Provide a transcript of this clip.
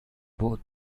both